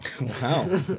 Wow